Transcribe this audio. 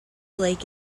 lake